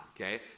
Okay